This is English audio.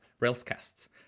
Railscasts